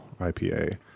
IPA